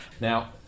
Now